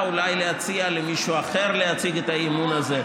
אולי להציע למישהו אחר להציג את האי-אמון הזה,